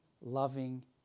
loving